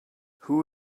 who